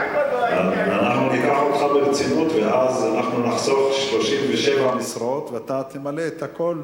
אנחנו ניקח אותך ברצינות ואז אנחנו נחסוך 37 משרות ואתה תמלא את הכול